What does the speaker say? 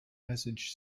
message